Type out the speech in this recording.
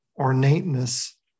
ornateness